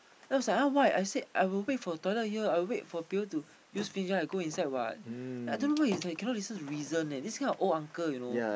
then I was like !huh! why I said I will wait for the toilet here I will wait for people to use finish then I go inside what I don't know why he's like cannot listen to reason leh this kind of old uncle you know